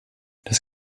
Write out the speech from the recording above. das